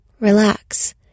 Relax